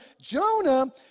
Jonah